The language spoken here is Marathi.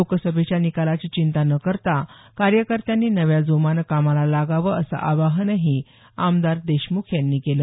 लोकसभेच्या निकालाची चिंता न करता कार्यकर्त्यांनी नव्या जोमाने कामाला लागावं असं आवाहनही आमदार देशमुख यांनी केलं